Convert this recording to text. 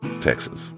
Texas